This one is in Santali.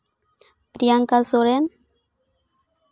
ᱯᱨᱤᱭᱟᱝᱠᱟ ᱥᱚᱨᱮᱱ